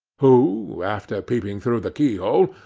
who, after peeping through the keyhole,